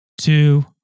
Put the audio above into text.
two